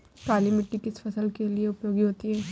काली मिट्टी किस फसल के लिए उपयोगी होती है?